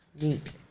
neat